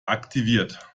aktiviert